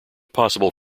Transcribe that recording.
possible